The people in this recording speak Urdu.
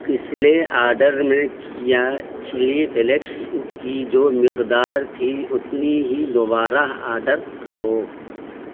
پچھلے آڈر میں کیا چلی فلیکس کی جو مقدار تھی اتنی ہی دوبارہ آڈر کرو